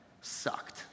sucked